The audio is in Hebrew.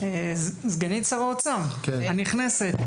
סגנית שר האוצר הנכנסת.